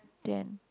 ten